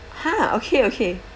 !huh! okay okay